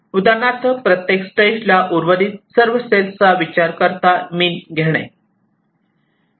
उदाहरणार्थ प्रत्येक स्टेजला उर्वरित सर्व सेल्सचा विचार करता मीन घेणे